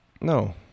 No